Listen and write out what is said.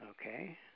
Okay